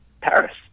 Paris